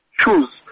choose